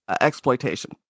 exploitation